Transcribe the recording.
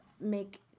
make